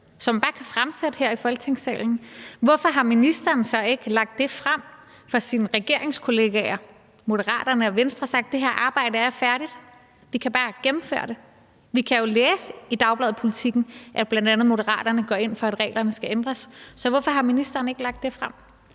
som bare kan lægges frem her i Folketingssalen. Hvorfor har ministeren så ikke lagt det frem for sine regeringskollegaer, Moderaterne og Venstre, og sagt: Det her arbejde er færdigt; vi kan bare gennemføre det? Vi kan jo læse i dagbladet Politiken, at bl.a. Moderaterne går ind for, at reglerne skal ændres. Så hvorfor har ministeren ikke lagt det frem?